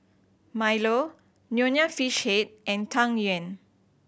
milo Nonya Fish Head and Tang Yuen